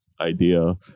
idea